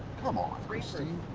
come on, christine.